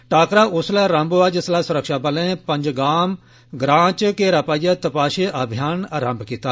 टाकरा उसलै रम्भ होआ जिस्सले सुरक्षाबलें पंजगाम ग्रां इच घेरा पाईयै तपाषी अभियान रम्भ कीता